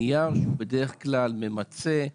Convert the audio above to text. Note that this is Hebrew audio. נייר שהוא בדרך כלל ממצה,